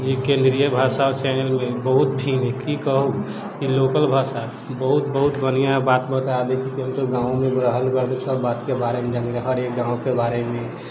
जे केन्द्रीय भाषा चैनलमे बहुत की कहू ई लोकल भाषा बहुत बहुत बन्हियाँ बात बता दै छै की हमसब गाँवमे भी रहल सब बातके बारेमे जानि रहली हरेक गाँवके बारेमे